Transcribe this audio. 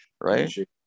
right